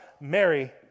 Mary